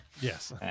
Yes